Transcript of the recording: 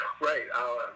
Right